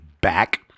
back